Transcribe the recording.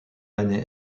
aînée